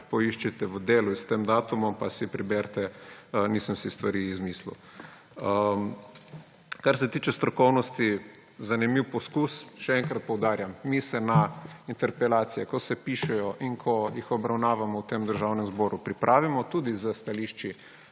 Poiščite v Delu s tem datum pa si preberite, nisem si stvari izmislil. Kar se tiče strokovnosti, zanimiv poizkus. Še enkrat poudarjam, mi se na interpelacije, ko se pišejo in ko jih obravnavamo v Državnem zboru, pripravimo tudi s stališči